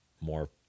more